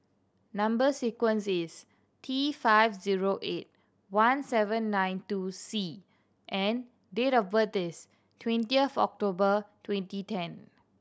number sequence is T five zero eight one seven nine two C and date of birth is twentieth October twenty ten